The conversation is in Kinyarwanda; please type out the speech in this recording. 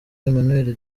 emmanuel